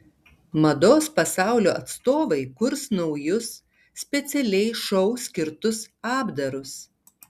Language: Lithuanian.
mados pasaulio atstovai kurs naujus specialiai šou skirtus apdarus